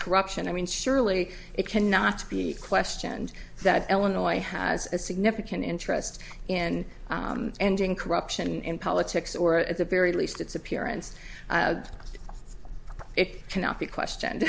corruption i mean surely it cannot be questioned that elena y has a significant interest in ending corruption in politics or at the very least it's appearance it cannot be questioned